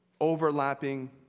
overlapping